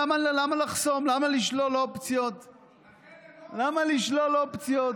למה לחסום, למה לשלול אופציות?